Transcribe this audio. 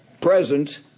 present